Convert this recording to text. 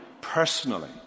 personally